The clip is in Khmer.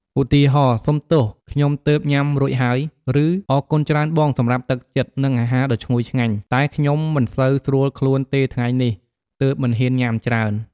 ឧទាហរណ៍ "សំទោស!ខ្ញុំទើបញ៉ាំរួចហើយ!" ឬ"អរគុណច្រើនបងសម្រាប់ទឹកចិត្ត និងអាហារដ៏ឈ្ងុយឆ្ងាញ់!" តែខ្ញុំមិនសូវស្រួលខ្លួនទេថ្ងៃនេះ ទើបមិនហ៊ានញ៉ាំច្រើន។